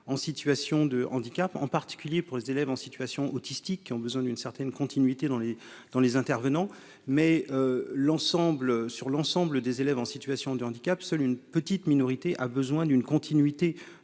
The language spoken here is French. en situation de handicap, en particulier pour les élèves en situation autistique qui ont besoin d'une certaine continuité dans les dans les intervenants, mais l'ensemble sur l'ensemble des élèves en situation de handicap, seule une petite minorité, a besoin d'une continuité